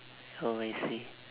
oh I see